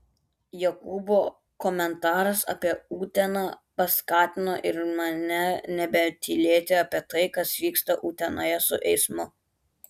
jokūbo komentaras apie uteną paskatino ir mane nebetylėti apie tai kas vyksta utenoje su eismu